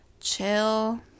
chill